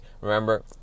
Remember